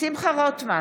שמחה רוטמן,